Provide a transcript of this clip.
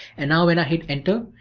and now when i hit enter,